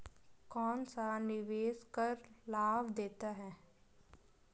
कौनसा निवेश कर लाभ देता है?